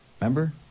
Remember